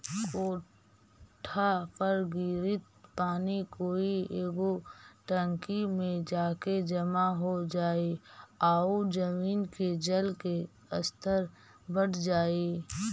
कोठा पर गिरित पानी कोई एगो टंकी में जाके जमा हो जाई आउ जमीन के जल के स्तर बढ़ जाई